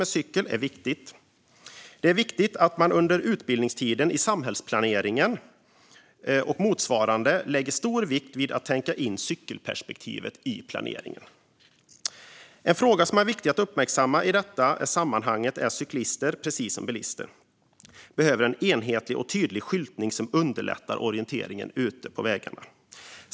Det är viktigt att man under utbildningstiden i samhällsplaneringen och motsvarande lägger stor vikt vid att tänka in cykelperspektivet i planeringen. En fråga som är viktig att uppmärksamma i detta sammanhang är att cyklister, precis som bilister, behöver en enhetlig och tydlig skyltning som underlättar orienteringen ute på vägarna.